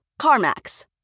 CarMax